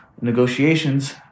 Negotiations